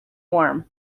warm